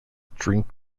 drink